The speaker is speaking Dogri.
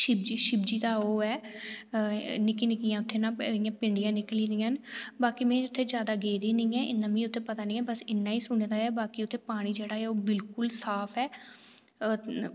शिवजी दा ओह् ऐ निक्की निक्कियां उत्थै ना पिंंडियां निकली दियां न बाकी में उत्थै इन्नी जादा गेई निं ऐ मिगी उत्थै पता निं ऐ इन्ना सुने दा कि उत्थै पानी जेह्ड़ा ओह् बिल्कुल साफ ऐ